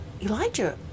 Elijah